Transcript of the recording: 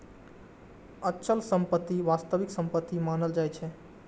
अचल संपत्ति वास्तविक संपत्ति मानल जाइ छै